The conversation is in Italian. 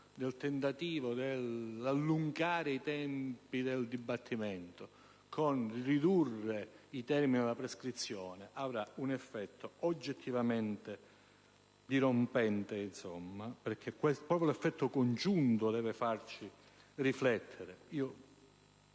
del tentativo di allungare i tempi del dibattimento con il ridurre i termini della prescrizione avrà un effetto oggettivamente dirompente. Proprio l'effetto congiunto deve farci riflettere.